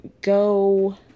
go